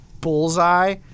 Bullseye